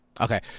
Okay